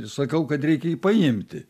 sakau kad reikia jį paimti